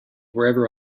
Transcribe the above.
wherever